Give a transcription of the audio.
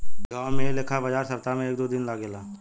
गांवो में ऐ लेखा बाजार सप्ताह में एक दू दिन लागेला